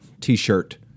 T-shirt